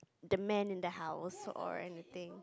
the man in the house sort or anything